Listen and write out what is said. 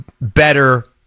better